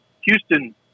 Houston